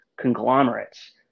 conglomerates